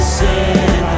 sin